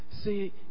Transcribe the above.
See